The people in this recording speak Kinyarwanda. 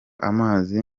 amazi